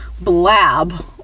blab